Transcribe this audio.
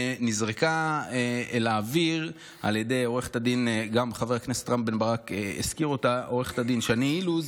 נזרקה לאוויר על ידי עו"ד שני אילוז,